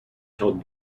held